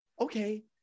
okay